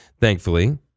Thankfully